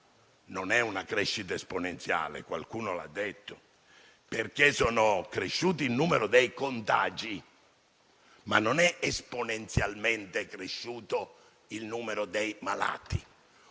non è esponenziale - qualcuno l'ha detto - perché è cresciuto il numero dei contagi, ma non è esponenzialmente cresciuto il numero dei malati.